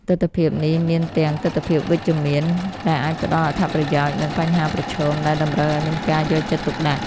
ទិដ្ឋភាពនេះមានទាំង ទិដ្ឋភាពវិជ្ជមាន ដែលអាចផ្ដល់អត្ថប្រយោជន៍ និង បញ្ហាប្រឈម ដែលតម្រូវឲ្យមានការយកចិត្តទុកដាក់។